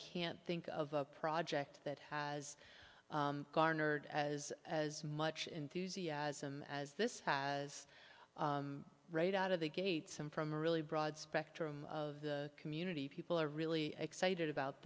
can't think of a project that has garnered as as much enthusiasm as this has right out of the gate some from a really broad spectrum of the community people are really excited about